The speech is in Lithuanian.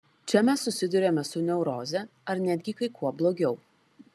čia mes susiduriame su neuroze ar netgi kai kuo blogiau